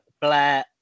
Blair